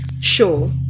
show